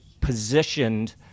positioned